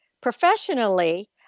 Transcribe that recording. Professionally